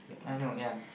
I know ya